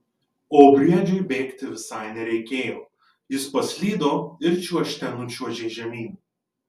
o briedžiui bėgti visai nereikėjo jis paslydo ir čiuožte nučiuožė žemyn